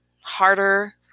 harder